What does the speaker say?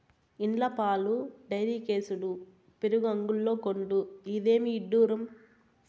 ఇండ్ల పాలు డైరీకేసుడు పెరుగు అంగడ్లో కొనుడు, ఇదేమి ఇడ్డూరం